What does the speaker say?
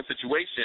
situation